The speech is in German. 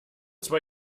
zwar